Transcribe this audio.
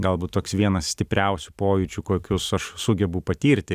galbūt toks vienas stipriausių pojūčių kokius aš sugebu patirti